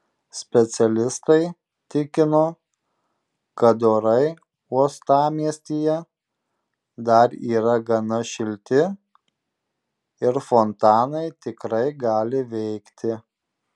specialistai tikino kad orai uostamiestyje dar yra gana šilti ir fontanai tikrai gali veikti